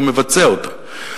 הוא מבצע אותה.